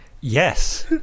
yes